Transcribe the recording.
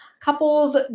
Couples